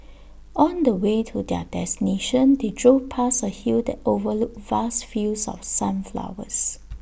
on the way to their destination they drove past A hill that overlooked vast fields of sunflowers